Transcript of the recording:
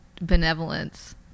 benevolence